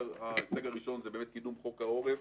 ההישג הראשון, הוא באמת קידום חוק העורף.